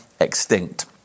extinct